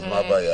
אז מה הבעיה,